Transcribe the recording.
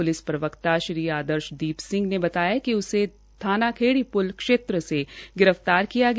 police प्रवक्ता श्री आदर्शदीप सिंह ने बताया कि उसे थानाखेड़ी पुल के क्षेत्र से गिरफ्तार किया गया